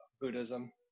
Buddhism